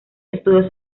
estudios